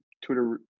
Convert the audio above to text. Twitter